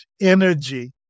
energy